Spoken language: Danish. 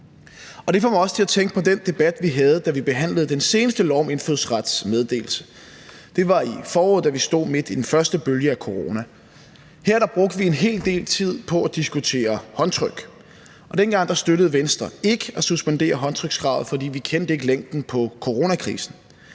Det får mig også til at tænke på den debat, vi havde, da vi behandlede det seneste lovforslag om indfødsrets meddelelse. Det var i foråret, da vi stod midt i den første bølge af corona. Her brugte vi en hel del tid på at diskutere håndtryk. Dengang støttede Venstre ikke at suspendere håndtrykskravet, for vi kendte ikke længden på coronakrisen.